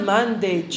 Monday